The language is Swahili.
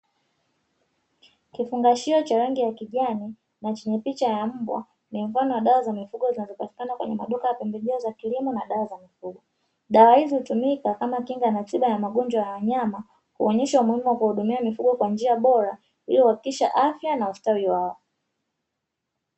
Kifungashio cha rangi ya kijani na chenye picha ya mbwa, ikiwa na dawa za mifuko zinazopatikana katika maduka ya pembejeo za kilimo na dawa za mifugo, dawa hizi hutumika kama Kinga na tiba za wanyama , huonyesha umuhimu wa kuwahudumia mifugo kwa njia bora ili kuhakikisha afya na ustawi wao .